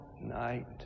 night